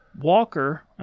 Walker